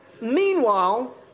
meanwhile